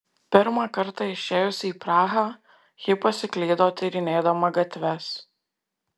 pirmą kartą išėjusi į prahą ji pasiklydo tyrinėdama gatves